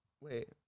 Wait